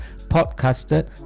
podcasted